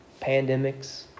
pandemics